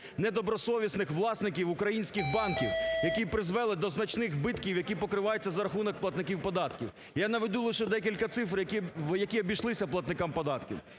недобросовісних власників українських банків, які призвели до значних збитків, які покриваються за рахунок платників податків. Я наведу лише декілька цифр, які обійшлися платникам податків.